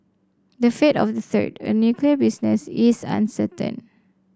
the fate of the third a nuclear business is uncertain